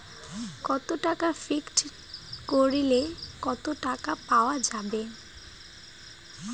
কত টাকা ফিক্সড করিলে কত টাকা পাওয়া যাবে?